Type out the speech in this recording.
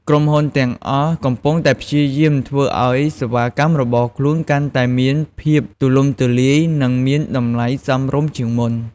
ក្រុមហ៊ុនទាំងអស់កំពុងតែព្យាយាមធ្វើឱ្យសេវាកម្មរបស់ខ្លួនកាន់តែមានភាពទូលំទូលាយនិងមានតម្លៃសមរម្យជាងមុន។